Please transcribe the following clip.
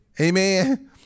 amen